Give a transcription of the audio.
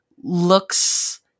looks